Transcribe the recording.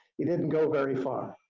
he didn't go very far.